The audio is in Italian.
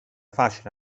facile